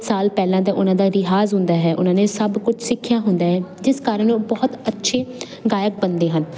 ਸਾਲ ਪਹਿਲਾਂ ਦਾ ਉਹਨਾਂ ਦਾ ਰਿਆਜ਼ ਹੁੰਦਾ ਹੈ ਉਹਨਾਂ ਨੇ ਸਭ ਕੁਝ ਸਿੱਖਿਆ ਹੁੰਦਾ ਹੈ ਜਿਸ ਕਾਰਨ ਉਹ ਬਹੁਤ ਅੱਛੇ ਗਾਇਕ ਬਣਦੇ ਹਨ